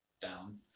down